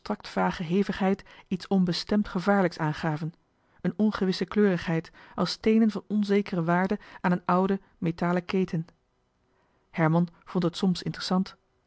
abstract vage hevigheid iets onbestemd gevaarlijks aan gaven een ongewisse kleurigheid als steenen van onzekere waarde aan een oude metalen keten herman vond het soms interessant